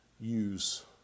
use